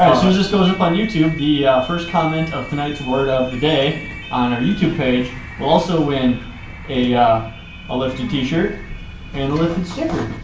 um soon as this goes up on youtube, the first comment of tonight's word of the day on our youtube page will also win a a lifted t-shirt and a lifted sticker.